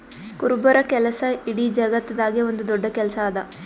ಕುರುಬರ ಕೆಲಸ ಇಡೀ ಜಗತ್ತದಾಗೆ ಒಂದ್ ದೊಡ್ಡ ಕೆಲಸಾ ಅದಾ